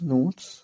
Notes